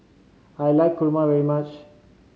I like kurma very much